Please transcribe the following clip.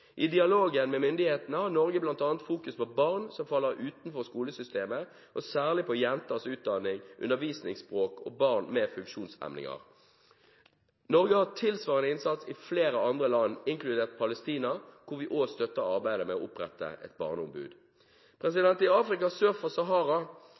I dialogen med myndighetene fokuserer Norge bl.a. på barn som faller utenfor skolesystemet, og særlig på jenters utdanning, undervisningsspråk og barn med funksjonshemninger. Norge har tilsvarende innsats i flere andre land, inkludert Palestina, hvor vi også støtter arbeidet med å opprette et barneombud.